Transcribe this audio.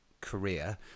career